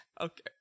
okay